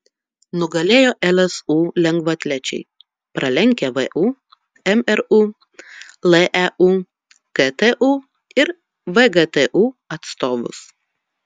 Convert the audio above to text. nugalėjo lsu lengvaatlečiai pralenkę vu mru leu ktu ir vgtu atstovus